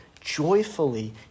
joyfully